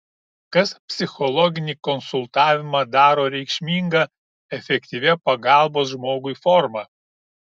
kas psichologinį konsultavimą daro reikšminga efektyvia pagalbos žmogui forma